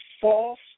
false